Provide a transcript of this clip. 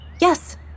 Yes